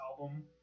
album